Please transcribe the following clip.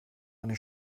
eine